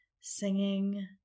singing